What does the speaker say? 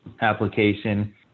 application